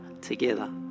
together